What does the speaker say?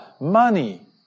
money